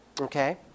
Okay